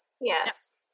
Yes